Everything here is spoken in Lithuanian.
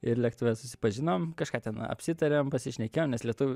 ir lėktuve susipažinom kažką ten apsitarėm pasišnekėjom nes lietuv